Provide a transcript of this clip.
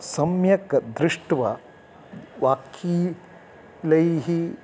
सम्यक् दृष्ट्वा वाकीलैः